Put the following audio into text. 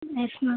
yes ma'am